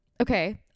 Okay